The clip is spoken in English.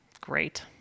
great